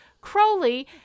Crowley